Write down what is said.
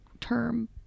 term